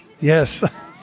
yes